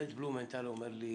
בית בלומנטל אומר לי